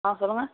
ஆ சொல்லுங்கள்